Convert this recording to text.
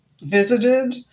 visited